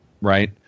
right